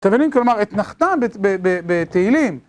אתם מבינים? כלומר, אתנחתא בתהילים.